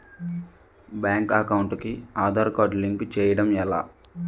Bank account కి Aadhaar card link చేయడం ఎలా?